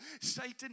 Satan